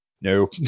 no